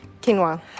Quinoa